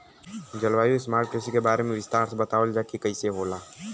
जलवायु स्मार्ट कृषि के बारे में विस्तार से बतावल जाकि कइसे होला?